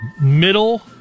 middle